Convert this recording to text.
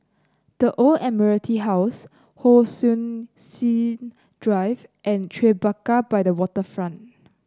The Old Admiralty House Hon Sui Sen Drive and Tribeca by the Waterfront